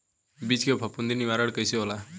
बीज के फफूंदी निवारण कईसे होला?